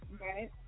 Right